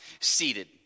Seated